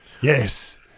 Yes